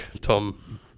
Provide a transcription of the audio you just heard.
Tom